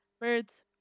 Birds